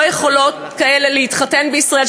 כאלה שלא יכולות להתחתן בישראל,